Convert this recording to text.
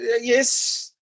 yes